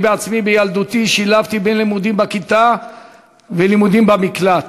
ואני בעצמי בילדותי שילבתי בין לימודים בכיתה ללימודים במקלט.